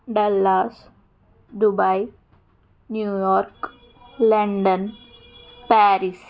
Dallas Dubai New York London Paris